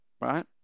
right